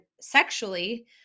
sexually